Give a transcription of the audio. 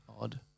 odd